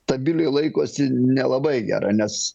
stabiliai laikosi nelabai gera nes